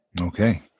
Okay